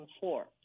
four